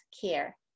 care